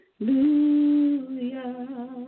Hallelujah